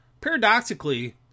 Paradoxically